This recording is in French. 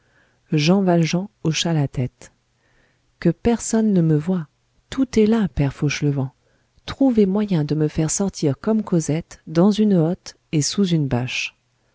jean valjean hocha la tête que personne ne me voie tout est là père fauchelevent trouvez moyen de me faire sortir comme cosette dans une hotte et sous une bâche